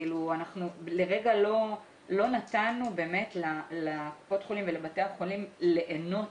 לרגע לא נתנו לקופות החולים ולבתי החולים ליהנות